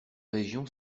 région